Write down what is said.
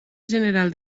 general